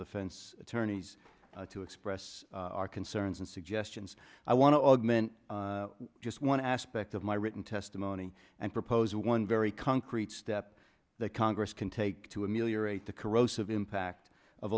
defense attorneys to express our concerns and suggestions i want to augment just one aspect of my written testimony and propose one very concrete step that congress can take to ameliorate the corrosive impact of